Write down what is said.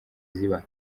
ziba